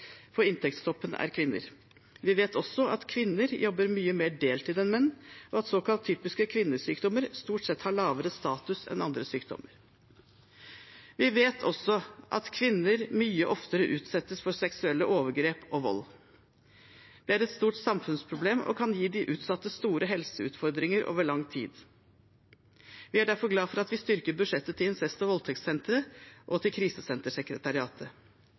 inntektstoppen er kvinner. Vi vet også at kvinner jobber mye mer deltid enn menn, og at såkalt typiske kvinnesykdommer stort sett har lavere status enn andre sykdommer. Vi vet også at kvinner mye oftere utsettes for seksuelle overgrep og vold. Det er et stort samfunnsproblem og kan gi de utsatte store helseutfordringer over lang tid. Vi er derfor glad for at vi styrker budsjettet til incest- og voldtektssentrene og til Krisesentersekretariatet.